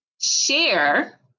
share